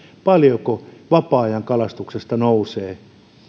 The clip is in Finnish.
paljonko vapaa ajankalastuksesta nousee